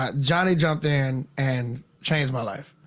ah johnny jumped in and changed my life.